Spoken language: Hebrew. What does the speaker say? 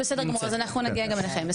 בסדר גמור, אז אנחנו נגיע גם אליכם.